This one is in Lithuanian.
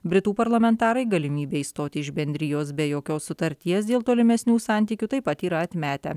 britų parlamentarai galimybę išstoti iš bendrijos be jokios sutarties dėl tolimesnių santykių taip pat yra atmetę